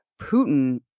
Putin